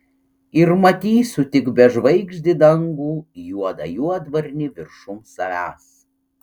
ir matysiu tik bežvaigždį dangų juodą juodvarnį viršum savęs